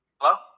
Hello